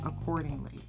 accordingly